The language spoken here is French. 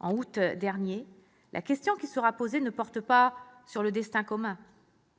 en août dernier, la question qui sera posée ne porte pas sur le destin commun,